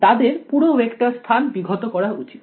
তাদের পুরো ভেক্টর স্থান বিঘত করা উচিত